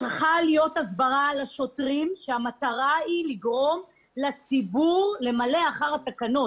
שצריך להסביר לשוטרים שהמטרה היא לגרום לציבור למלא אחר התקנות.